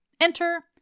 Enter